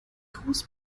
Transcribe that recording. groß